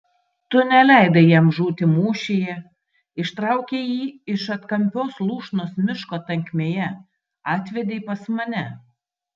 tu neleidai jam žūti mūšyje ištraukei jį iš atkampios lūšnos miško tankmėje atvedei pas mane